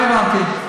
לא הבנתי.